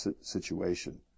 situation